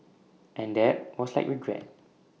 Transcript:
and that was like regret